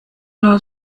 nur